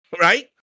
right